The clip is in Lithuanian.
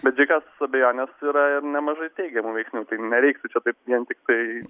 be didžiausios abejonės yra ir nemažai teigiamų veiksnių tai nereiktų čia taip vien tiktai